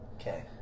okay